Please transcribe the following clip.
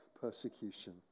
persecution